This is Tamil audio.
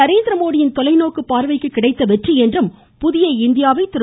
நரேந்திரமோடியின் தொலைநோக்கு பார்வைக்கு கிடைத்த வெற்றி என்றும் புதிய இந்தியாவை திரு